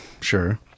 Sure